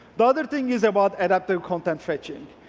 the other thing is about adaptive content fetching.